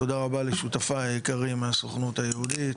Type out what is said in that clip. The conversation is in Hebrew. תודה רבה לשותפיי היקרים מהסוכנות היהודית,